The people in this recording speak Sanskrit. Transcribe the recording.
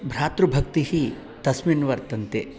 भ्रातृभक्तिः तस्मिन् वर्तन्ते